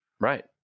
Right